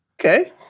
Okay